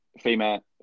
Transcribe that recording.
female